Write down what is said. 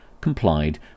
complied